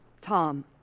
Tom